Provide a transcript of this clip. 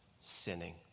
sinning